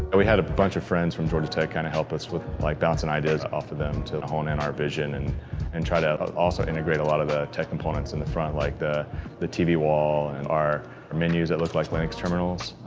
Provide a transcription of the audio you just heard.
we had a bunch of friends from georgia tech kind of help us with like bouncing ideas off of them to hone in our vision and and try to also integrate a lot of the tech components in the front like the the tv wall and our our menus that look like linux terminals.